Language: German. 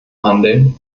handeln